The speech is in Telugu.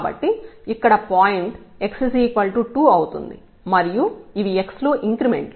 కాబట్టి ఇక్కడ పాయింట్ x2 అవుతుంది మరియు ఇవి x లో ఇంక్రిమెంట్లు